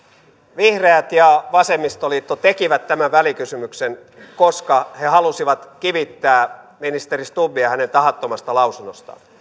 vihreät ja vasemmistoliitto tekivät tämän välikysymyksen koska he halusivat kivittää ministeri stubbia hänen tahattomasta lausunnostaan